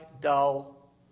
dull